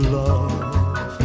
love